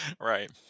Right